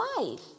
life